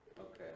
Okay